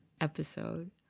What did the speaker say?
episode